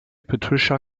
patricia